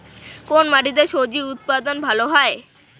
কোন মাটিতে স্বজি উৎপাদন ভালো হয়?